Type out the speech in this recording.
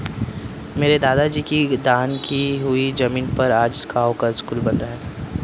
मेरे दादाजी की दान की हुई जमीन पर आज गांव का स्कूल बन रहा है